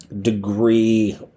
degree